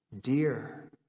dear